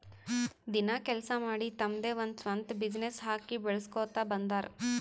ದಿನ ಕೆಲ್ಸಾ ಮಾಡಿ ತಮ್ದೆ ಒಂದ್ ಸ್ವಂತ ಬಿಸಿನ್ನೆಸ್ ಹಾಕಿ ಬೆಳುಸ್ಕೋತಾ ಬಂದಾರ್